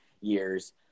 years